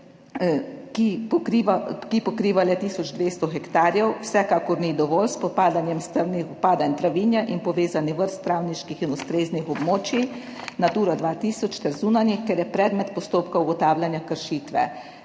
ki pokriva le tisoč 200 hektarjev, vsekakor ni dovolj za spopadanje s strmim upadanjem travinja in povezanih vrst travniških in ustreznih območij Natura 2000 ter zunanjih, kar je predmet postopka ugotavljanja kršitve.